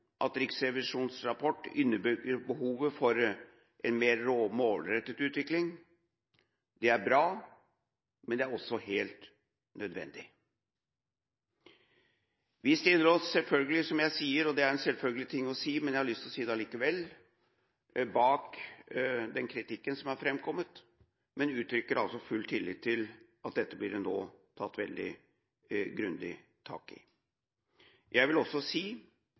at Riksrevisjonens rapport underbygger behovet for en mer målrettet utvikling. Det er bra, men det er også helt nødvendig. Vi stiller oss selvfølgelig, som jeg sier – og det er en selvfølgelig ting å si, men jeg har lyst til å si det likevel – bak den kritikken som er framkommet, men uttrykker altså full tillit til at dette nå blir tatt veldig grundig tak i. Jeg vil også si